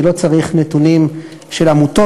אני לא צריך נתונים של עמותות,